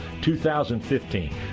2015